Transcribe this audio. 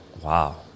Wow